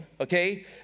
okay